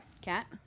Cat